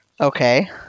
Okay